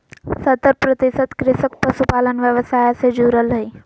सत्तर प्रतिशत कृषक पशुपालन व्यवसाय से जुरल हइ